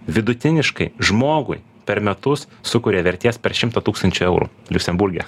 vidutiniškai žmogui per metus sukuria vertės per šimtą tūkstančių eurų liuksemburge